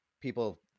People